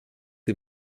die